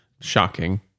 shocking